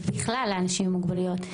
ובכלל לאנשים עם מוגבלויות.